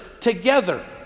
together